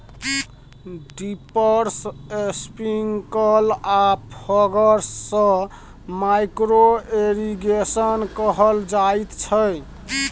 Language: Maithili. ड्रिपर्स, स्प्रिंकल आ फौगर्स सँ माइक्रो इरिगेशन कहल जाइत छै